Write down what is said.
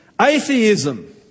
Atheism